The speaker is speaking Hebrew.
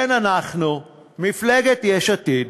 כן, אנחנו, מפלגת יש עתיד,